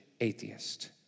atheist